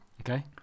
Okay